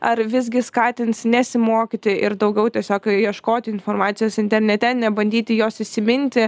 ar visgi skatins nesimokyti ir daugiau tiesiog ieškoti informacijos internete nebandyti jos įsiminti